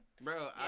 bro